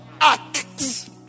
Act